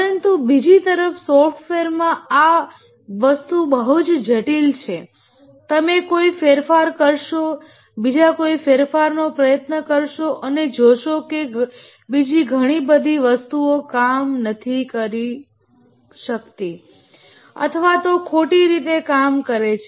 પરંતુ બીજી તરફ સોફ્ટવેરમાં આ વસ્તુ બહુ જ જટિલ છે તમે કોઈ ફેરફાર કરશો બીજા કોઈ ફેરફાર નો પ્રયત્ન કરશો અને જોશો કે બીજી ઘણી વસ્તુઓ કામ નથી કરતી અથવા તો ખોટી રીતે કામ કરે છે